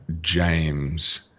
James